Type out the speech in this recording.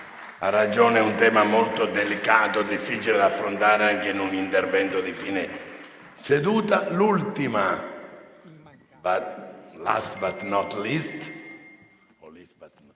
Ha ragione, è un tema molto delicato, difficile da affrontare anche in un intervento di fine seduta.